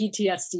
ptsd